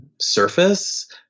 surface